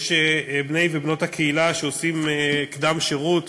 יש בני ובנות הקהילה שעושים קדם-שירות